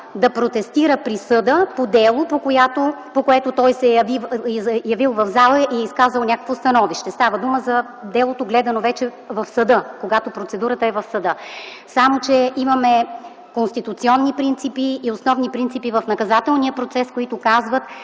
да протестира присъда по дело, по което той се е явил в залата и е изказал някакво становище. Става дума за делото, гледано вече в съда, когато процедурата е в съда. Само че имаме конституционни принципи и основни принципи в наказателния процес, които казват,